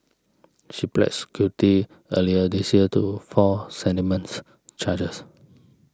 she pleads guilty earlier this year to four sentiments charges